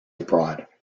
abroad